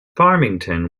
farmington